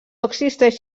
existeix